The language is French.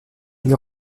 ils